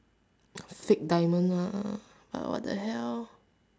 fake diamond lah like what the hell